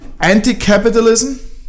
anti-capitalism